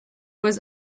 was